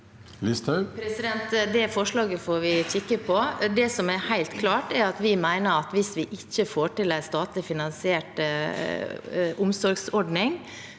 Det forslaget får vi kikke på. Det som er helt klart, er at vi mener at hvis vi ikke får til en statlig finansiert omsorgsordning,